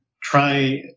try